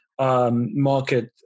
Market